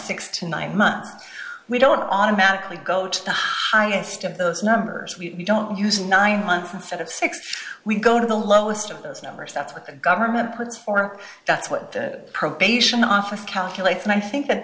six to nine months we don't automatically go to the highest of those numbers we don't use nine months instead of six we go to the lowest of those numbers that's what the government puts for that's what the probation officer calculates and i think that